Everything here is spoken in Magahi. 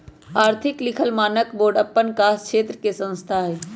आर्थिक लिखल मानक बोर्ड अप्पन कास क्षेत्र के संस्था हइ